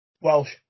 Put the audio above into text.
Welsh